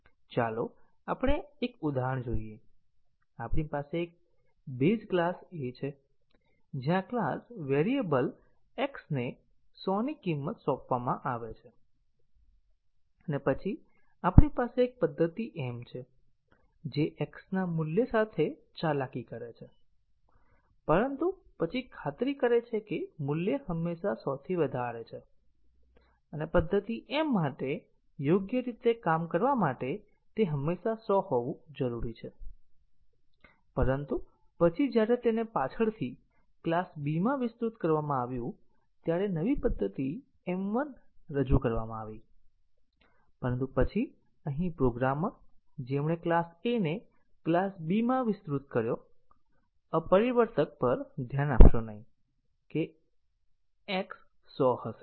ચાલો આપણે એક ઉદાહરણ જોઈએ આપણી પાસે બેઝ ક્લાસ A છે જ્યાં ક્લાસ વેરીએબલ x ને 100 ની કિંમત સોંપવામાં આવે છે અને પછી આપણી પાસે એક પદ્ધતિ m છે જે x ના મૂલ્ય સાથે ચાલાકી કરે છે પરંતુ પછી ખાતરી કરે છે કે મૂલ્ય હંમેશા 100 થી વધારે છે અને પદ્ધતિ m માટે યોગ્ય રીતે કામ કરવા માટે તે હંમેશા 100 હોવું જરૂરી છે પરંતુ પછી જ્યારે તેને પાછળથી ક્લાસ B માં વિસ્તૃત કરવામાં આવ્યું ત્યારે નવી પદ્ધતિ m1 રજૂ કરવામાં આવી પરંતુ પછી અહીં પ્રોગ્રામર જેમણે ક્લાસ A ને ક્લાસ B માં વિસ્તૃત કર્યો અપરિવર્તક પર ધ્યાન આપશો નહીં કે x 100 હશે